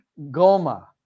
Goma